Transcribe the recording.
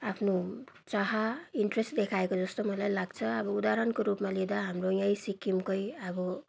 आफ्नो चाह इन्ट्रेस्ट देखाएको जस्तो मलाई लाग्छ अब उदाहरणको रूपमा लिँदा हाम्रो यहीँ सिक्किमकै अब